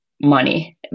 money